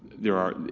there are.